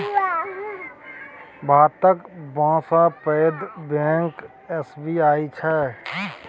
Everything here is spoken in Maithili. भातक सबसँ पैघ बैंक एस.बी.आई छै